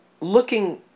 looking